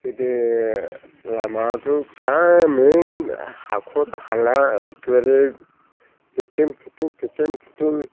गोदो लामायाथ' फिसामोन हाख'र हाला एखेबारे फेथें फुथें फेथें फुथें